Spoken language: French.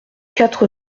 quatre